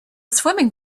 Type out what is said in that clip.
swimming